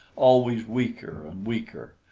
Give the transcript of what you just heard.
always weaker and weaker.